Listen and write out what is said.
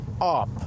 up